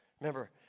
Remember